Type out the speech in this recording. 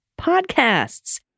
podcasts